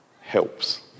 helps